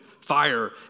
fire